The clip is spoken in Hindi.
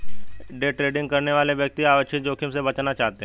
डे ट्रेडिंग करने वाले व्यक्ति अवांछित जोखिम से बचना चाहते हैं